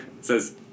says